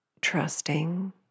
trusting